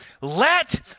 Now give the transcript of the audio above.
let